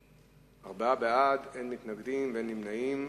בעד, 4, אין מתנגדים, אין נמנעים.